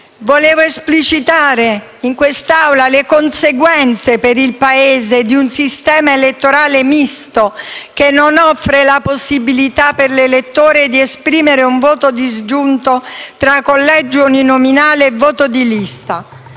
Volevo esplicitare, in quest'Aula, le conseguenze per il Paese di un sistema elettorale misto, che non offre all'elettore la possibilità di esprimere un voto disgiunto tra collegio uninominale e lista.